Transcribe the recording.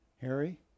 Harry